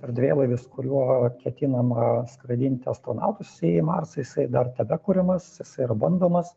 erdvėlaivis kuriuo ketinama skraidint astronautus į marsą jisai dar tebekuriamas jisai yra bandomas